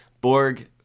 Borg